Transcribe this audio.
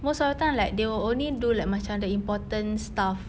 most of the time like they will only do like macam the important stuff